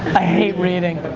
i hate reading,